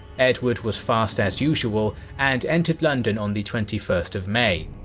edward was fast as usual and entered london on the twenty first of may.